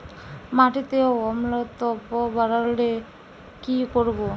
মাটিতে অম্লত্ব বাড়লে কি করব?